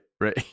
right